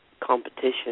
competition